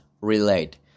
relate